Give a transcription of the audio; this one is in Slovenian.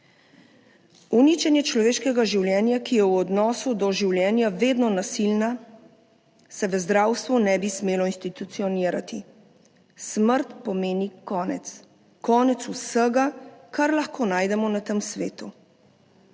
Uničenje človeškega življenja, ki je v odnosu do življenja vedno nasilna, se v zdravstvu ne bi smelo institucionirati. Smrt pomeni konec, konec vsega, kar lahko najdemo na tem svetu.